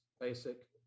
basic